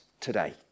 today